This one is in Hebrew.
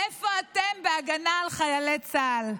איפה אתם בהגנה על חיילי צה"ל?